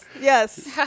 yes